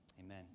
Amen